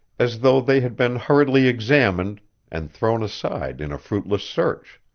as though they had been hurriedly examined and thrown aside in a fruitless search.